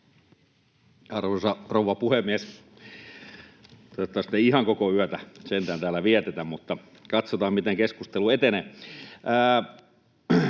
Arvoisa rouva puhemies! Toivottavasti ei ihan koko yötä sentään täällä vietetä, mutta katsotaan, miten keskustelu etenee.